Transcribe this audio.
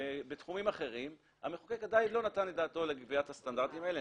בתחומים אחרים המחוקק עדיין לא נתן את דעתו לקביעת הסטנדרטים האלה,